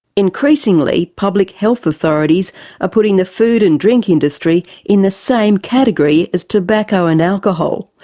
increasingly public health authorities are putting the food and drink industry in the same category as tobacco and alcohol.